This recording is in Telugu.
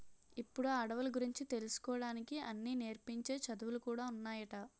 ఇప్పుడు అడవుల గురించి తెలుసుకోడానికి అన్నీ నేర్పించే చదువులు కూడా ఉన్నాయట